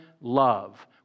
Love